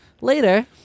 Later